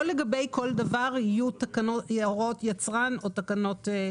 לא לגבי כל דבר יהיו הוראות יצרן או תקנות.